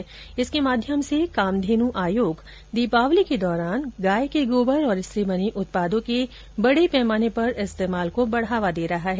इस अभियान के माध्यम से कामधेनु आयोग दीपावली के दौरान गाय के गोबर और इससे बने उत्पादों के बड़े पैमाने पर इस्तेमाल को बढ़ावा दे रहा है